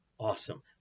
Awesome